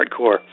hardcore